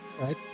right